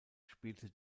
spielte